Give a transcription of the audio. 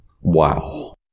Wow